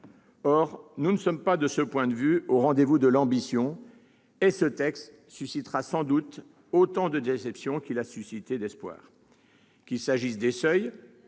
vue, nous ne sommes pas au rendez-vous de l'ambition, et ce texte suscitera sans doute autant de déceptions qu'il a suscité d'espoirs. Qu'il s'agisse des seuils,